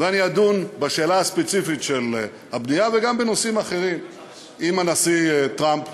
ואני אדון בשאלה הספציפית של הבנייה וגם בנושאים אחרים עם הנשיא טראמפ.